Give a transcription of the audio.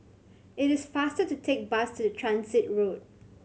it is faster to take bus to the Transit Road